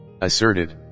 Asserted